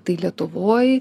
tai lietuvoj